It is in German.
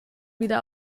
wieder